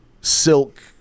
Silk